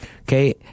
Okay